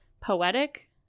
poetic